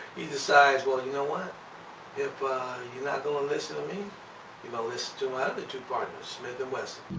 he, he decides well you know what if you're not gonna listen to me you may listen to my other two partners smith the wesson